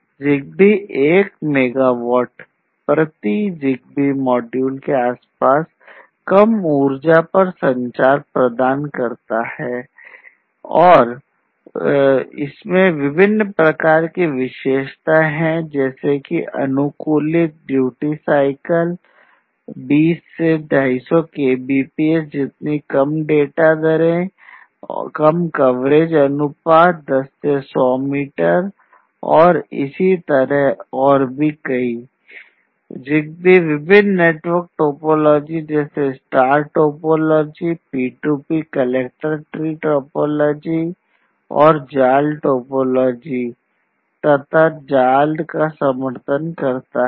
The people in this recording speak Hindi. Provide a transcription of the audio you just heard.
ZigBee 1 मेगावाट प्रति ZigBee मॉड्यूल के आसपास कम ऊर्जा पर संचार प्रदान करता है और इसमें विभिन्न विशेषताएं हैं जैसे कि अनुकूलित ड्यूटी साइकिल का समर्थन करता है